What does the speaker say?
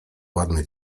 ładne